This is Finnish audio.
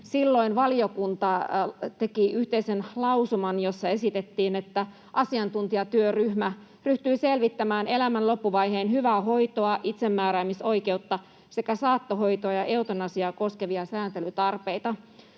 Silloin valiokunta teki yhteisen lausuman, jossa esitettiin, että asiantuntijatyöryhmä ryhtyy selvittämään elämän loppuvaiheen hyvää hoitoa, itsemääräämisoikeutta sekä saattohoitoa ja eutanasiaa koskevia sääntelytarpeita